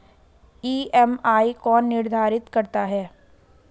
EMI कौन निर्धारित करता है?